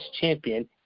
Champion